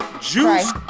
Juice